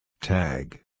Tag